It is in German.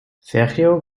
sergio